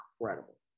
incredible